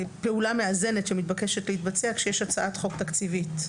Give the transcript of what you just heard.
פעולה מאזנת שמתבקשת להתבצע כשיש הצעת חוק תקציבית.